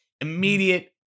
immediate